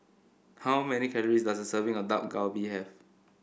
how many calories does a serving of Dak Galbi have